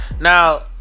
Now